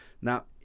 Now